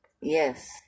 Yes